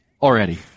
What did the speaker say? already